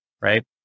right